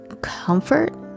comfort